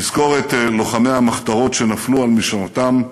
נזכור את לוחמי המחתרת שנפלו על משמרתם,